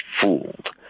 fooled